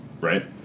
Right